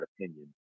opinion